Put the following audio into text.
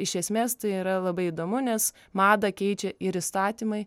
iš esmės tai yra labai įdomu nes madą keičia ir įstatymai